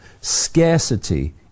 Scarcity